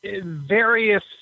Various